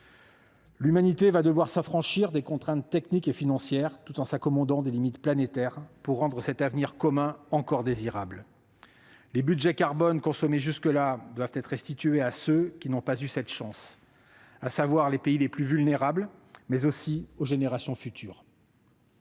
L'humanité va devoir s'affranchir des contraintes techniques et financières tout en s'accommodant des limites planétaires pour rendre cet avenir commun encore désirable. Les budgets carbone consommés jusqu'à présent doivent être restitués à ceux qui n'ont pas eu cette chance, à savoir les pays les plus vulnérables, mais aussi aux générations futures.